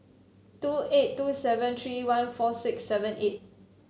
two eight two seven three one four six seven eight